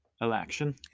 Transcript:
election